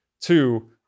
Two